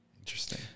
Interesting